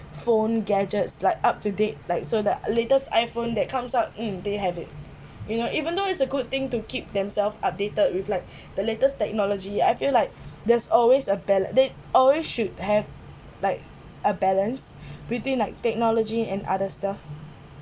phone gadgets like up to date like so the latest iphone that comes up mm they have it you know even though it's a good thing to keep themselves updated reflect the latest technology I feel like there is always a balan~ they always should have like a balance between like technology and other stuff